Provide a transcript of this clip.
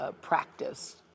practice